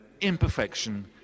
Imperfection